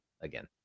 again